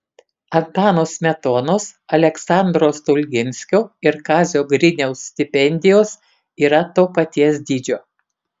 antano smetonos aleksandro stulginskio ir kazio griniaus stipendijos yra to paties dydžio